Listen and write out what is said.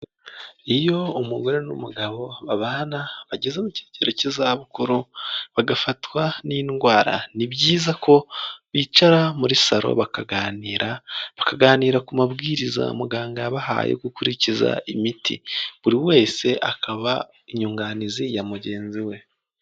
Iyo umugore n'umugabo babana bageze mu kigero cy'izabukuru bagafatwa n'indwara, ni byiza ko bicara muri saro bakaganira, bakaganira ku mabwiriza muganga yabahaye gukurikiza imiti, buri wese akaba inyunganizi ya mugenzi we.